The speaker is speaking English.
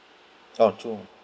oh two